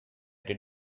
did